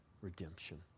redemption